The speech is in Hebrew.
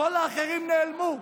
כל האחרים נעלמו.